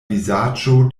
vizaĝo